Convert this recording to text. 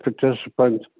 participant